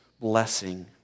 blessing